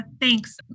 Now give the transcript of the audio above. Thanks